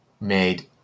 made